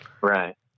right